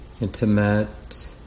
intimate